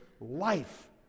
life